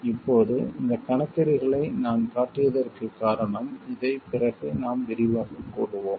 இப்போது இந்தக் கணக்கீடுகளை நான் காட்டியதற்குக் காரணம் இதைப் பிறகு நாம் விரிவாகக் கூறுவோம்